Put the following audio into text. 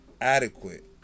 Adequate